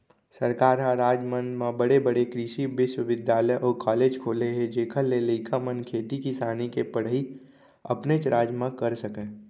सरकार ह राज मन म बड़े बड़े कृसि बिस्वबिद्यालय अउ कॉलेज खोले हे जेखर ले लइका मन खेती किसानी के पड़हई अपनेच राज म कर सकय